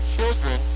children